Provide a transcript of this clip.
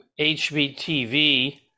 HBTV